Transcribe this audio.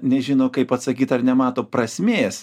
nežino kaip atsakyt ar nemato prasmės